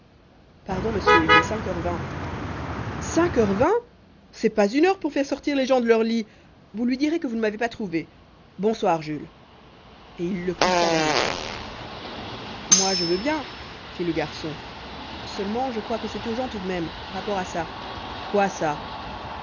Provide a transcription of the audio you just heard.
pardon monsieur il est heures heures c'est pas une heure pour faire sortir les gens de leur lit vous lui direz que vous ne m'avez pas trouvé bonsoir jules et il le poussa vers la porte moi je veux bien fit le garçon seulement je crois que c'est urgent tout de même rapport à ça quoi ça